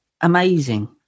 amazing